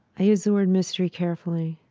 i use the word mystery carefully.